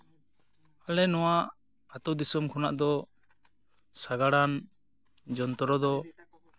ᱟᱞᱮ ᱱᱚᱣᱟ ᱟᱹᱛᱩ ᱫᱤᱥᱚᱢ ᱠᱷᱚᱱᱟᱜ ᱫᱚ ᱥᱟᱜᱟᱲᱟᱱ ᱡᱚᱱᱛᱨᱚ ᱫᱚ